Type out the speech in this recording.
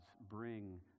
bring